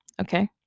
okay